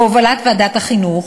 בהובלת ועדת החינוך,